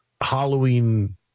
Halloween